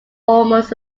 almost